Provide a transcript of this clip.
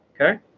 Okay